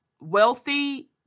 Wealthy